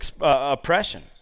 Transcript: oppression